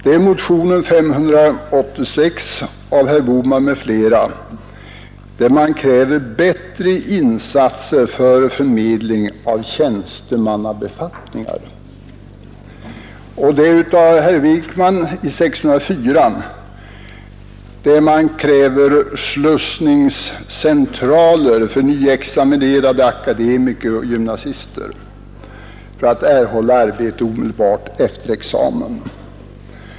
Det är motionen 586 av herr Bohman m.fl. där man kräver bättre insatser för förmedling av tjänstemannabefattningar, och det är motionen 604 av herr Wijkman där man kräver slussningscentraler för nyexaminerade akademiker och gymnasister för att dessa skall kunna erhålla arbete omedelbart efter examen.